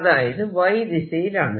അതായത് Y ദിശയിലാണ്